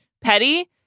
petty